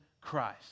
Christ